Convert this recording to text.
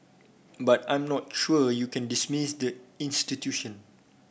but I'm not sure you can dismiss the institution